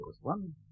one